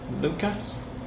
Lucas